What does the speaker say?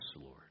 Lord